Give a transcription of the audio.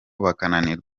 bakananirwa